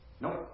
Nope